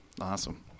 Awesome